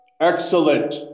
Excellent